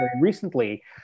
recently